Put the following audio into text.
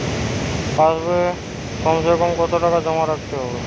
পাশ বইয়ে কমসেকম কত টাকা জমা রাখতে হবে?